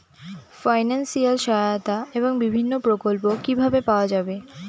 Financial সহায়তা এবং বিভিন্ন প্রকল্প কিভাবে পাওয়া যাবে?